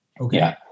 Okay